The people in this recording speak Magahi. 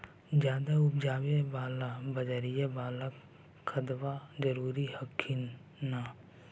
ज्यादा उपजाबे ला बजरिया बाला खदबा जरूरी हखिन न?